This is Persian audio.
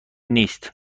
نیست